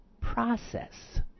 process